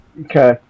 okay